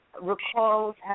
recalls